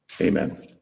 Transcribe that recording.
Amen